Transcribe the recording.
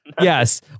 yes